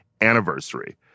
anniversary